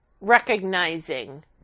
recognizing